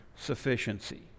Sufficiency